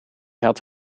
had